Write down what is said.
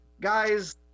guys